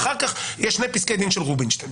יש שני פסקי דין של רובינשטיין,